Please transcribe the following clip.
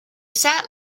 sat